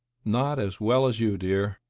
not as well as you, dear,